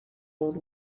old